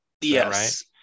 Yes